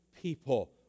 people